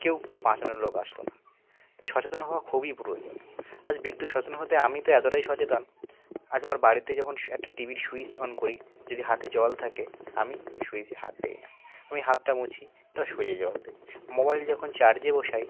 কেউ বাঁচানোর লোক আসল না তাই সচেতন হওয়া খুবই প্রয়োজন আজ বিদ্যুৎ সচেতন মধ্যে আমি তো এতটাই সচেতন আজ আমার বাড়িতে যখন একটা টিভির স্যুইচ অন করি যদি হাতে জল থাকে আমি স্যুইচে হাত দিই না আমি হাতটা মুছি তারপরে স্যুইচে জল দিই মোবাইল যখন চার্জে বসাই